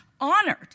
honored